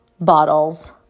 bottles